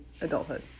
adulthood